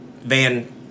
Van